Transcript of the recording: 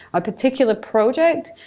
a particular project.